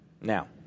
Now